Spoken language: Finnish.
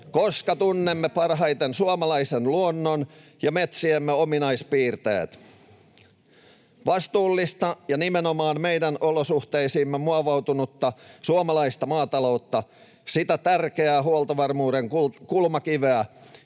koska tunnemme parhaiten suomalaisen luonnon ja metsiemme ominaispiirteet. Vastuullista ja nimenomaan meidän olosuhteisiimme muovautunutta suomalaista maataloutta, sitä tärkeää huoltovarmuuden kulmakiveä,